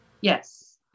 Yes